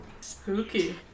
Spooky